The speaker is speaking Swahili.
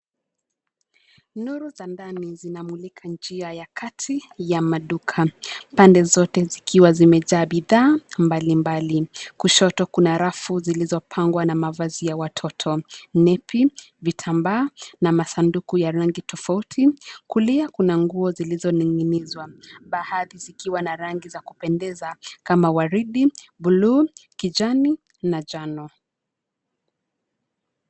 Nuru za ndani zinamulika njia ya kati ya maduka, pande zote zikiwa zimejaa bidhaa mbalimbali, kushoto kuna rafu zilizopangwa na mavazi ya watoto, nepi, vitambaa na masanduku ya rangi tofauti, kulia kuna nguo zilizoning'inizwa, baadhi zikiwa na rangi za kupendeza, kama waridi, bluu, kijani na njano.